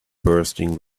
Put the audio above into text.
bursting